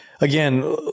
Again